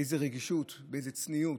באיזו רגישות, באיזו צניעות,